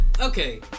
okay